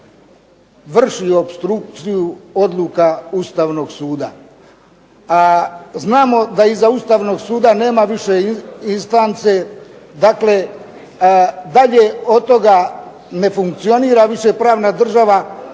vrši opstrukciju odluka Ustavnog suda, a znamo da iza Ustavnog suda nema više instance, dakle dalje od toga ne funkcionira više pravna država.